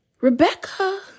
Rebecca